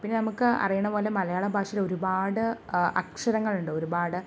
പിന്നെ നമുക്ക് അറിയണ പോലെ മലയാള ഭാഷയിൽ ഒരുപാട് ആ അക്ഷരങ്ങളുണ്ട് ഒരുപാട്